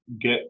get